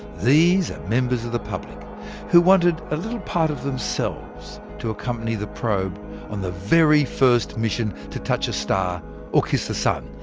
these are members of the public who wanted a little part of themselves to accompany the probe on the very first mission to touch a star or kiss the sun.